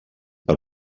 per